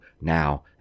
now